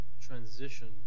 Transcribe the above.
transition